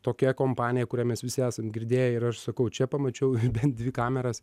tokia kompanija kurią mes visi esam girdėję ir aš sakau čia pamačiau bent dvi kameras